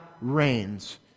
reigns